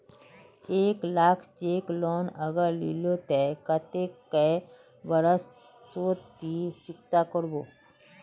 एक लाख केर लोन अगर लिलो ते कतेक कै बरश सोत ती चुकता करबो?